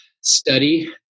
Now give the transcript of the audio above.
study